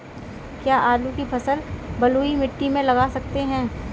क्या आलू की फसल बलुई मिट्टी में लगा सकते हैं?